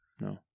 No